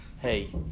hey